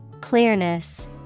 Clearness